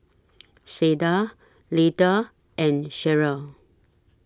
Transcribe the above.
Sada Leitha and Cheryl